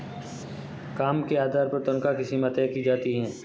काम के आधार पर तन्ख्वाह की सीमा तय की जाती है